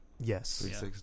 Yes